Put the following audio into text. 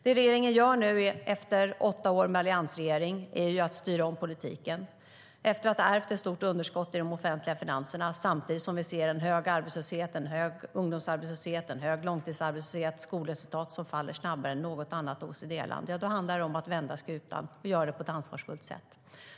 Det regeringen nu gör efter åtta år med alliansregering är att styra om politiken. Det gör vi efter att ha ärvt ett stort underskott i de offentliga finanserna. Samtidigt ser vi en hög arbetslöshet, en hög ungdomsarbetslöshet, en hög långtidsarbetslöshet och skolresultat som faller snabbare än i något annat OECD-land. Det handlar om att vända skutan och att göra det på ett ansvarsfullt sätt.